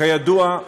כידוע,